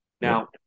now